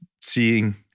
seeing